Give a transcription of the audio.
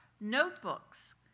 notebooks